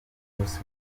bruce